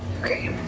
Okay